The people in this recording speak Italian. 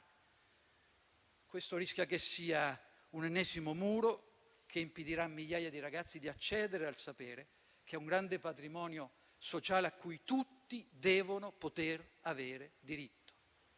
Questo rischia di essere un ennesimo muro che impedirà a migliaia di ragazzi di accedere al sapere, che è un grande patrimonio sociale a cui tutti devono avere diritto,